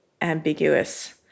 ambiguous